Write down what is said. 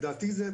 בדיוק.